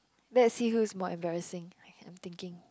that's she who is more embarrassing I can't thinking